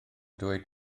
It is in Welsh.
dweud